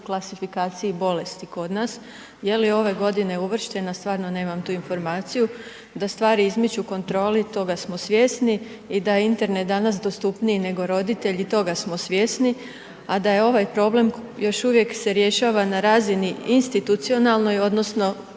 klasifikaciji bolesti kod nas, je li ove godine uvrštena stvarno nemam tu informaciju. Da stvari izmiču kontroli, toga smo svjesni i da internet danas dostupniji nego roditelji toga smo svjesni, a da je ovaj problem još uvijek se rješava na razini institucionalnoj odnosno